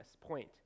point